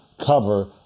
cover